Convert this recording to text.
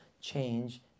change